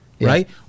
right